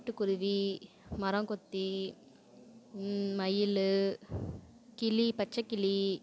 தவிட்டு குருவி மரங்கொத்தி மயில் கிளி பச்சைக்கிளி